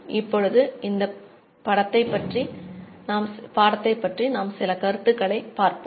இப்பொழுது இந்த படத்தைப்பற்றி நாம் சில கருத்துக்களை பார்ப்போம்